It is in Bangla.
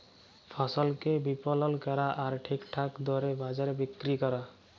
ফসলকে বিপলল ক্যরা আর ঠিকঠাক দরে বাজারে বিক্কিরি ক্যরা